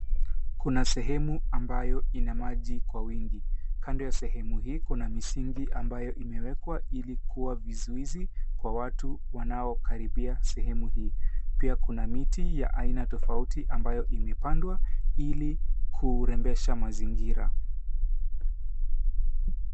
Kuna sehemu ambayo ina maji kwa wingi. Kando ya sehemu hii kuna misingi ambayo imewekwa ili kuwa vizuizi kwa watu wanaokaribia sehemu hii. Pia kuna miti ya aina tofauti ambayo imepandwa ili kurembesha mazingira.